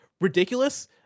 ridiculous